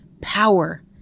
power